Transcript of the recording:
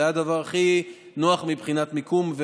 זה היה הדבר הכי נוח מבחינת מיקום.